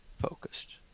focused